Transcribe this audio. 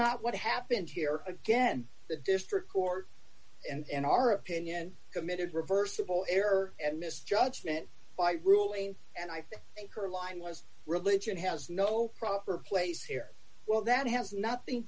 not what happened here again the district court and our opinion committed reversible error and misjudgement by ruling and i think her line was religion has no proper place here well that has nothing